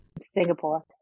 Singapore